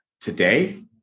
today